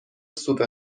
سوپ